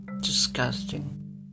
Disgusting